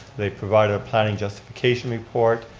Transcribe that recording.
they provided a planning justification report.